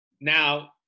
Now